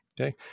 Okay